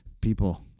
people